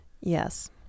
Yes